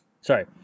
sorry